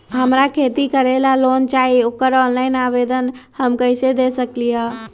हमरा खेती करेला लोन चाहि ओकर ऑफलाइन आवेदन हम कईसे दे सकलि ह?